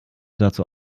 dazu